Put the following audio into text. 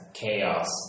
chaos